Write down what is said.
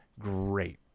great